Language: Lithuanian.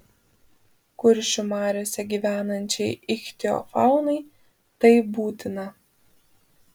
kuršių mariose gyvenančiai ichtiofaunai tai būtina